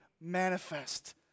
manifest